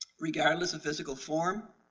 regardless of physical form,